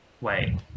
Wait